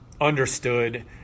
understood